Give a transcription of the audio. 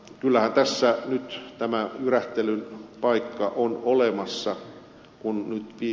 kyllähän tässä nyt tämä jyrähtelyn paikka on olemassa kun ei